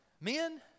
Men